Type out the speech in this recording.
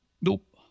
Nope